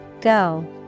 Go